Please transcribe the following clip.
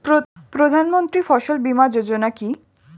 প্রধানমন্ত্রী ফসল বীমা যোজনা কি?